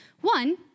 One